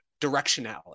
directionality